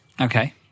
Okay